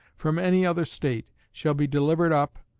from any other state, shall be delivered up,